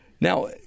Now